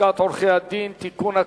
לשכת עורכי-הדין (תיקון,